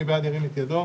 מי בעד ירים את ידו?